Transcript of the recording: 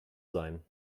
sein